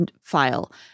file